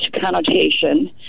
connotation